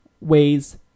ways